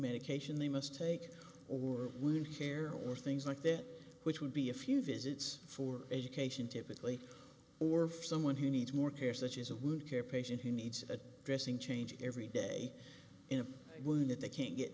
medication they must take or wound care or things like that which would be a few visits for education typically or for someone who needs more care such as a wound care patient who needs a dressing change every day in a room that they can't get